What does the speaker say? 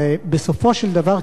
בסופו של דבר,